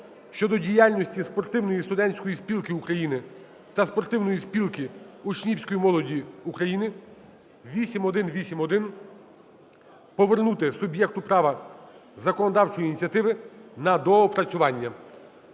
щодо діяльності Спортивної студентської спілки України та Спортивної спілки учнівської молоді України (8181) повернути суб'єкту права законодавчої ініціативи на доопрацювання.